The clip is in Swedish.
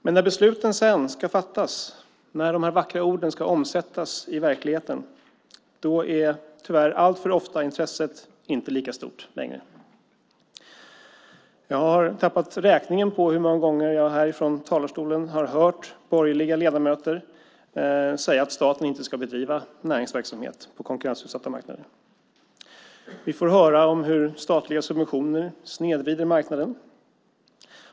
Men när besluten sedan ska fattas, när de här vackra orden ska omsättas i verkligheten är tyvärr alltför ofta intresset inte lika stort längre. Jag har tappat räkningen på hur många gånger jag härifrån talarstolen har hört borgerliga ledamöter säga att staten inte ska bedriva näringsverksamhet på konkurrensutsatta marknader. Vi får höra hur statliga subventioner snedvrider marknaden.